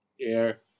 air